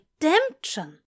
redemption